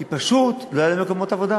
כי פשוט לא היו להם מקומות עבודה.